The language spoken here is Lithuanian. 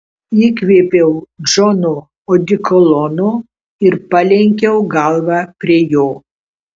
įkvėpiau džono odekolono ir palenkiau galvą prie jo